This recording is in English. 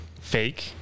fake